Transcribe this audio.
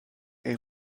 est